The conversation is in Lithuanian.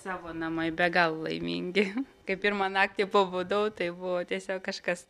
savo namai be galo laimingi kai pirmą naktį pabudau tai buvo tiesiog kažkas